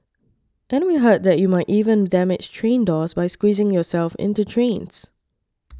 and we heard that you might even damage train doors by squeezing yourself into trains